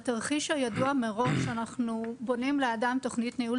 בתרחיש הידוע מראש אנחנו בונים לאדם תוכנית ניהול